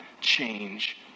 change